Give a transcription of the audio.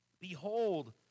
Behold